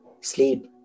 sleep